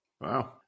Wow